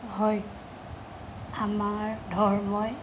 হয় আমাৰ ধৰ্মই